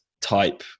type